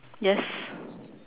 yes